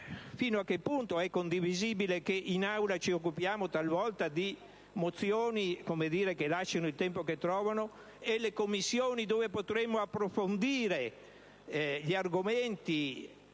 fino a che punto è condivisibile che in Aula ci si occupi talvolta di mozioni che - come dire? - lasciano il tempo che trovano e che le Commissioni, dove potremmo approfondire gli argomenti,